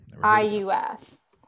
I-U-S